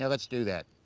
yeah let's do that.